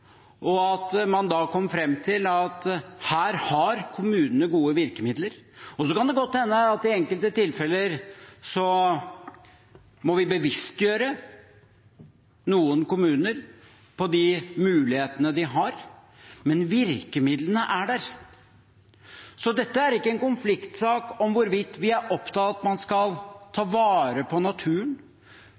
og at man da kom fram til at her har kommunene gode virkemidler. Så kan det godt hende at vi i enkelte tilfeller må bevisstgjøre noen kommuner på de mulighetene de har. Men virkemidlene er der. Dette er ikke en konfliktsak om hvorvidt vi er opptatt av at man skal ta vare på naturen,